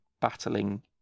battling